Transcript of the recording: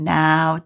now